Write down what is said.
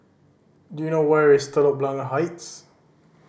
do you know where is Telok Blangah Heights